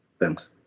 Thanks